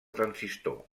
transistor